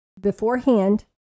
beforehand